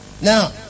now